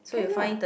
trade lah